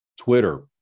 Twitter